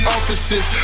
Offices